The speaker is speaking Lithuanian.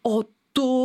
o tu